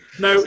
no